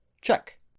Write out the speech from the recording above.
Check